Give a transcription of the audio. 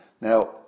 Now